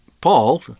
Paul